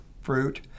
fruit